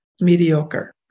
mediocre